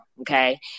okay